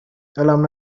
دلمم